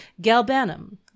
galbanum